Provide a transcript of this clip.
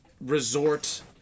resort